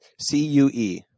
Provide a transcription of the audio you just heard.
C-U-E